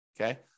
Okay